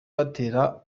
batera